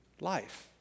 life